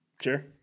Sure